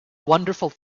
wonderful